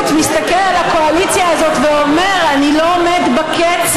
ומה יקרה?